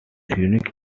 unique